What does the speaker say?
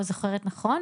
או זוכרת נכון,